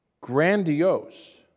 grandiose